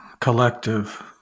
collective